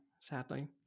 sadly